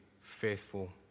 faithful